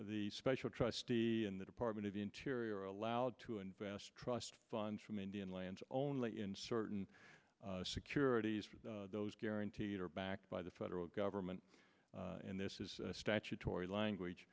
the special trustee and the department of interior allowed to invest trust funds from indian lands only in certain securities those guaranteed are backed by the federal government and this is statutory language